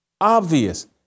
obvious